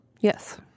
yes